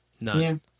None